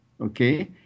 okay